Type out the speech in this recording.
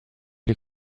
les